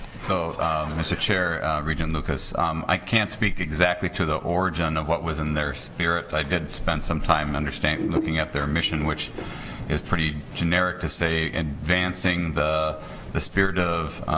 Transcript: so mr. chair regent lucas i can't speak exactly to the origin of what was in their spirit i did spend some time to understand looking at their mission which is pretty generic to say advancing the the spirit of